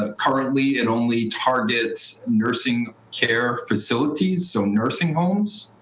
ah currently it only targets nursing care facilities, so nursing homes.